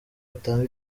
butanga